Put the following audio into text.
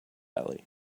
valley